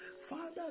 father